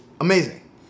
Amazing